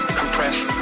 compressed